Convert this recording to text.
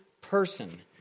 person